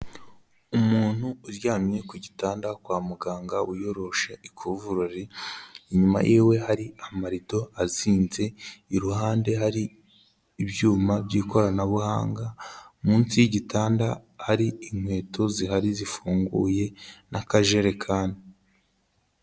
Umuntu uryamye ku gitanda kwa muganga wiyoroshe ikuvurori, inyuma yiwe hari amarido azinze, iruhande hari ibyuma by'ikoranabuhanga, munsi y'igitanda hari inkweto zihari zifunguye n'akajerekani.